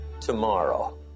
tomorrow